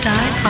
Die